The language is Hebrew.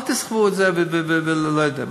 אל תסחבו את זה, לא יודע.